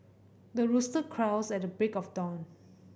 the rooster crows at the break of dawn